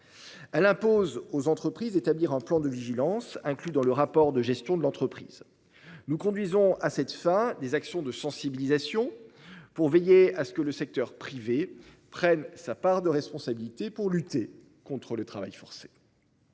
Elle impose aux entreprises d'établir un plan de vigilance, inclus dans le rapport de gestion de l'entreprise. Nous conduisons à cette fin des actions de sensibilisation, afin de veiller à ce que le secteur privé prenne sa part de responsabilité pour lutter contre le travail forcé.